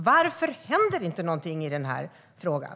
Varför händer det ingenting i den här frågan?